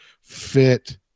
fit